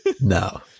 No